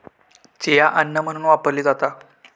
chia अन्न म्हणून वापरली जाता